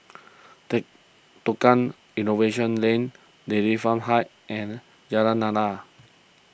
Tukang Innovation Lane Dairy Farm Heights and Jalan Lana